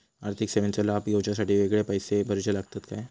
आर्थिक सेवेंचो लाभ घेवच्यासाठी वेगळे पैसे भरुचे लागतत काय?